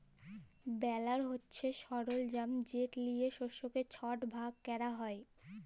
বেলার হছে সরলজাম যেট লিয়ে শস্যকে ছট ভাগ ক্যরা হ্যয়